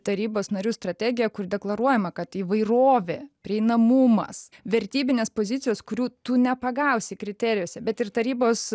tarybos narių strategija kur deklaruojama kad įvairovė prieinamumas vertybinės pozicijos kurių tu nepagausi kriterijuose bet ir tarybos